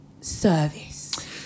service